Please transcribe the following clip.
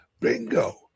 Bingo